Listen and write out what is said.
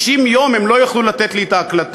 60 יום הם לא יוכלו לתת לי את ההקלטה,